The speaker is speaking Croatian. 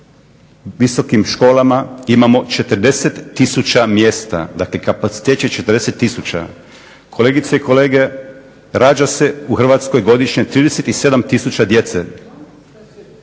visokim školama imamo 40 tisuća mjesta, dakle kapacitet je 40 tisuća. Kolegice i kolege, rađa se u Hrvatskoj godišnje 37 tisuća djece.